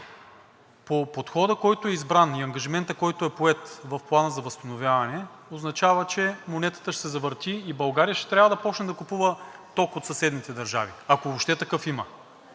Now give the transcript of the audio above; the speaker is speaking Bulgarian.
Подходът, който е избран, и ангажиментът, който е поет в Плана за възстановяване, означава, че монетата ще се завърти и България ще трябва да започне да купува ток от съседните държави, ако въобще има